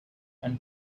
and